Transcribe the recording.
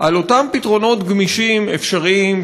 על אותם פתרונות גמישים אפשריים,